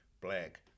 black